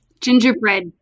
Gingerbread